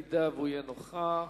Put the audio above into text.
אם יהיה נוכח.